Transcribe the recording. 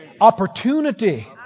Opportunity